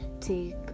take